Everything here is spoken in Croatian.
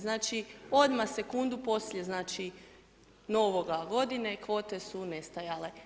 Znači, odmah sekundu poslije znači, novoga godine, kvote su nestajale.